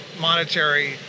monetary